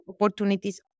opportunities